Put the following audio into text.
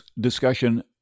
discussion